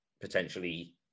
potentially